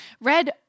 Red